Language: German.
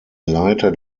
leiter